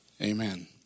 amen